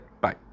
Bye